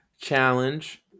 challenge